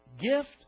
gift